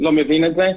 לא מבין את זה.